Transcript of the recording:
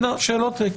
שאלות.